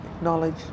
knowledge